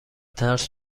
ترس